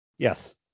yes